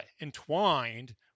entwined